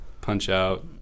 punch-out